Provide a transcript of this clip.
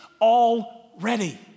already